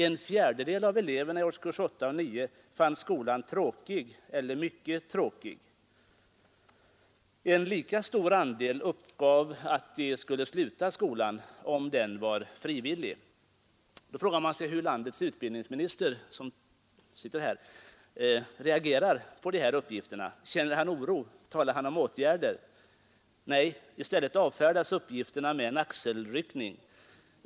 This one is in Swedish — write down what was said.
En fjärdedel av eleverna i årskurs 8 och 9 fann skolan tråkig eller mycket tråkig. En lika stor andel uppgav att man skulle sluta skolan om den var frivillig. Man frågar sig då hur landets utbildningsminister reagerar på dessa uppgifter. Känner han oro, talar han om åtgärder? Nej, i stället avfärdas uppgifterna med en axelryckning.